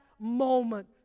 moment